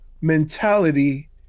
mentality